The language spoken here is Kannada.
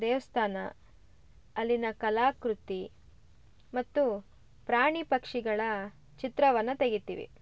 ದೇವಸ್ಥಾನ ಅಲ್ಲಿನ ಕಲಾಕೃತಿ ಮತ್ತು ಪ್ರಾಣಿ ಪಕ್ಷಿಗಳ ಚಿತ್ರವನ್ನ ತೆಗಿತೀವಿ